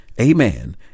Amen